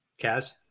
Kaz